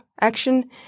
action